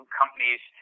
companies